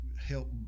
help